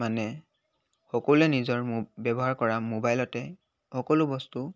মানে সকলোৱে নিজৰ মো ব্যৱহাৰ কৰা মোবাইলতে সকলো বস্তু